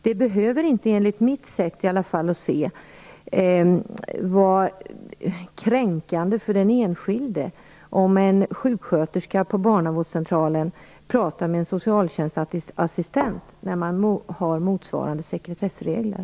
Det behöver, enligt mitt sätt att se, inte vara kränkande för den enskilde om en sjuksköterska på barnavårdscentralen talar med en socialtjänstassistent när man har motsvarande sekretessregler.